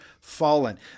fallen